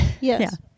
Yes